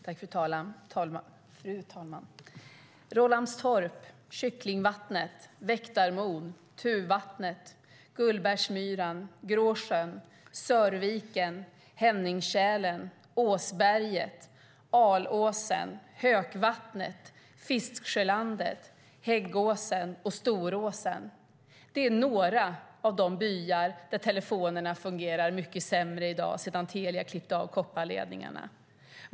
Fru talman! Rolandstorp, Kycklingvattnet, Väktarmon, Tuvattnet, Gullbergsmyren, Gråsjön, Sörviken, Henningskälen, Åsberget, Halåsen, Hökvattnet, Fisksjölandet, Häggåsen och Storåsen är några av de byar där telefonerna fungerar mycket sämre i dag sedan Telia klippt av kopparledningarna.